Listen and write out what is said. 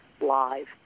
live